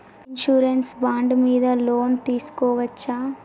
Insurance bond మీద loan తీస్కొవచ్చా?